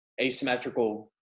asymmetrical